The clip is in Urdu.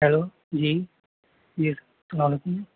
ہیلو جی جی السلام علیکم